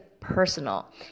personal